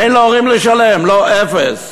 אין להורים לשלם, לא, אפס.